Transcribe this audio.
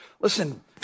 Listen